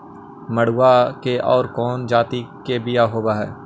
मडूया के और कौनो जाति के बियाह होव हैं?